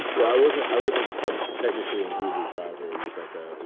well, i wasn't i wasn't ah technically an uber driver. it was like ah